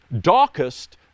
darkest